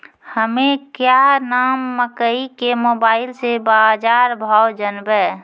हमें क्या नाम मकई के मोबाइल से बाजार भाव जनवे?